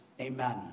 Amen